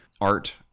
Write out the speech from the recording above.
art